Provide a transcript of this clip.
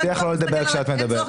אני מבטיח לא לדבר כשאת תדברי.